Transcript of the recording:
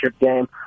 game